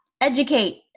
Educate